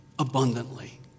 abundantly